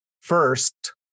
first